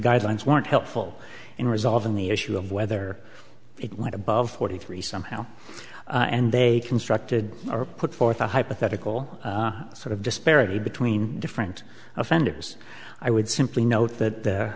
guidelines weren't helpful in resolving the issue of whether it went above forty three somehow and they constructed or put forth a hypothetical sort of disparity between different offenders i would simply note that